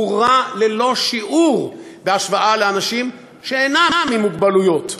הוא רע ללא שיעור בהשוואה לאנשים שאינם עם מוגבלות.